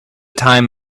time